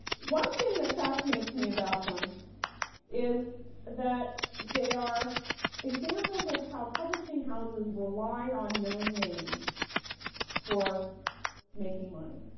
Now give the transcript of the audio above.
one thing that fascinates me about them is that they are examples of how publishing houses rely on known names for making money.